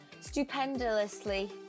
stupendously